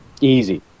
Easy